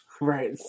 Right